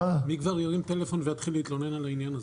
מי כבר ירים טלפון ויתחיל להתלונן על העניין הזה.